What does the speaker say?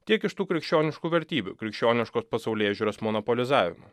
tiek iš tų krikščioniškų vertybių krikščioniškos pasaulėžiūros monopolizavimo